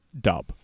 Dub